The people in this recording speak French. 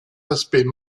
aspects